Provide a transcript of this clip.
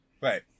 Right